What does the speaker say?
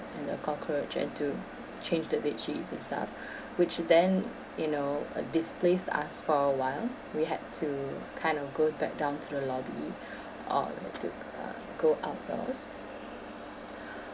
and the cockroach and to change the bed sheets and stuff which then you know uh displaced us for awhile we had to kind of go back down to the lobby or to uh go outdoors